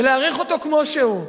ולהאריך אותו כמו שהוא.